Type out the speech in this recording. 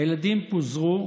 הילדים פוזרו